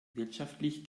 wirtschaftlich